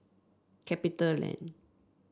Capitaland